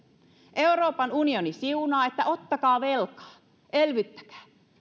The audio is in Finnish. euroopan unioni siunaa että ottakaa velkaa elvyttäkää